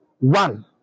One